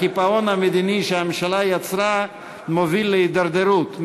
הקיפאון המדיני שהממשלה יצרה מוביל להידרדרות,